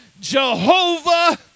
Jehovah